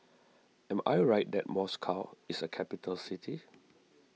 am I right that Moscow is a capital city